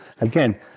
again